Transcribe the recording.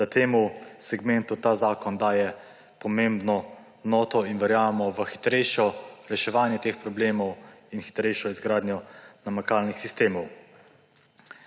da temu segmentu ta zakon daje pomembno noto in verjamemo v hitrejše reševanje teh problemov in hitrejšo izgradnjo namakalnih sistemov.